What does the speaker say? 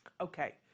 okay